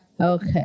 Okay